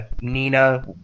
Nina